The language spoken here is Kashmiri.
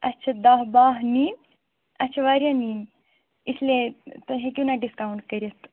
اَسہِ چھِ دَہ باہ نِنۍ اَسہ چھِ وارِیاہ نِنۍ اسلیے تُہۍ ہیٚکِو نا ڈِسکاوُنٹ کٔرِتھ